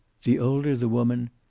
the older the woman,